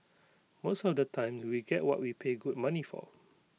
most of the time we get what we pay good money for